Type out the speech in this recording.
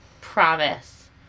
promise